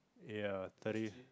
ya thirty